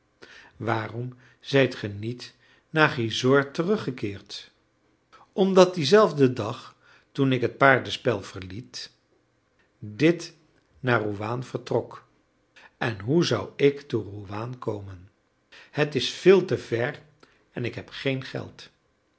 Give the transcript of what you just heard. waarom zijt ge niet naar gisors teruggekeerd omdat dienzelfden dag toen ik het paardenspel verliet dit naar rouaan vertrok en hoe zou ik te rouaan komen het is veel te ver en ik heb geen geld